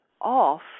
off